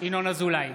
ינון אזולאי,